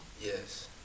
Yes